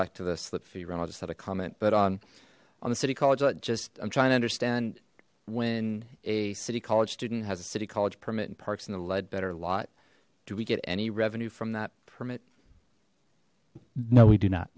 back to this that fear l just had a comment but on on the city college i just i'm trying to understand when a city college student has a city college permit and parks in the ledbetter lot do we get any revenue from that permit no we do not